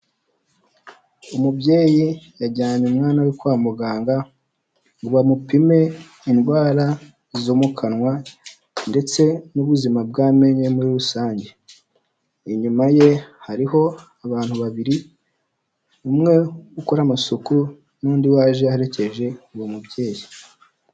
Umubyeyi yajyanye umwana we kwa muganga ngo bamupime indwara zo mu kanwa ndetse n'ubuzima bw'amenyo muri rusange, inyuma ye hariho abantu babiri, umwe ukora amasuku n'undi waje aherekeje uwo mubyeyi.